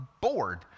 bored